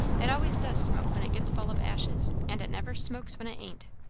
it always does smoke when it gets full of ashes and it never smokes when it ain't.